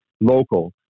local